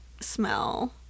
smell